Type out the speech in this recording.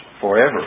forever